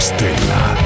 Stella